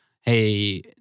hey